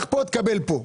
ותקבל כאן.